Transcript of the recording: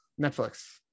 Netflix